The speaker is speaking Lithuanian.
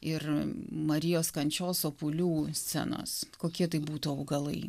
ir marijos kančios sopulių scenos kokie tai būtų augalai